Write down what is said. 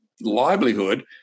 livelihood